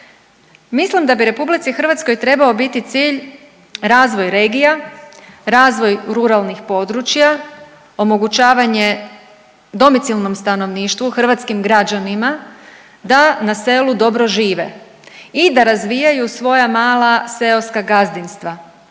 Mislim da bi RH trebao biti cilj razvoj regija, razvoj ruralnih područja, omogućavanje domicilnom stanovništvu, hrvatskim građanima da na selu dobro žive i da razvijaju svoja mala seoska gazdinstva.